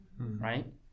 Right